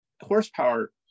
horsepower